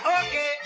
Okay